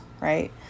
right